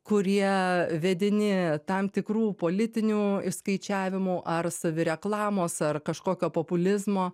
kurie vedini tam tikrų politinių išskaičiavimų ar savireklamos ar kažkokio populizmo